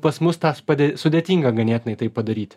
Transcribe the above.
pas mus tas padė sudėtinga ganėtinai tai padaryt